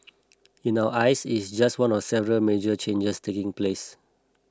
in our eyes it's just one of the several major changes taking place